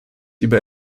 über